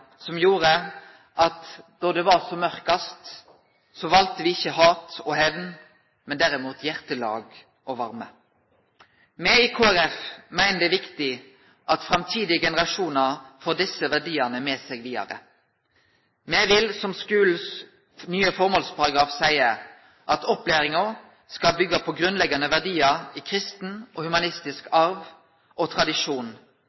som gjorde at da det var som mørkast, valde me ikkje hat og hemn, men derimot hjartelag og varme. Me i Kristeleg Folkeparti meiner det er viktig at framtidige generasjonar får desse verdiane med seg vidare. Me vil, som den nye formålsparagrafen i skulen seier, at «opplæringa skal byggje på grunnleggjande verdiar i kristen, humanistisk arv og